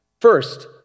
First